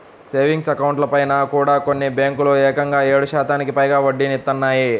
savings అకౌంట్లపైన కూడా కొన్ని బ్యేంకులు ఏకంగా ఏడు శాతానికి పైగా వడ్డీనిత్తన్నాయి